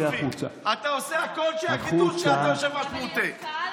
עוד מס.